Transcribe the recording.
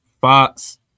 Fox